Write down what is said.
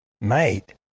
Mate